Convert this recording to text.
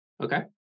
okay